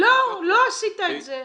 לא, לא עשית את זה.